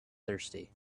thirsty